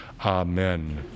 amen